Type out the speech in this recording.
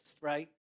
right